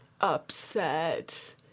upset